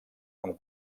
amb